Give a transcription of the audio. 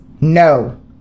no